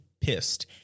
pissed